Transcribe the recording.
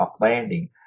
landing